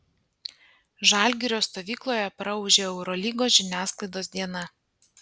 žalgirio stovykloje praūžė eurolygos žiniasklaidos diena